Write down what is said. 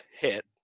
hit